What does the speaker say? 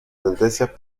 tendencias